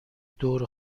دور